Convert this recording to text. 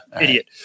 idiot